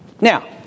Now